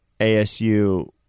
ASU